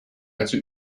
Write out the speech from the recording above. also